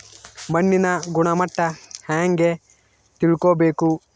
ಮಣ್ಣಿನ ಗುಣಮಟ್ಟ ಹೆಂಗೆ ತಿಳ್ಕೊಬೇಕು?